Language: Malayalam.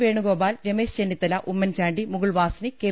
വേണുഗോപാൽ രമേശ് ചെന്നിത്തല ഉമ്മൻചാണ്ടി മുഗുൾ വാസനിക് കെ